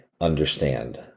understand